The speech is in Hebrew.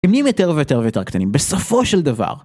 תמנים יותר ויותר ויותר קטנים, בסופו של דבר.